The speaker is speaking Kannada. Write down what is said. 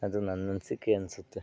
ಅದು ನನ್ನ ಅನಿಸಿಕೆ ಅನ್ನಿಸುತ್ತೆ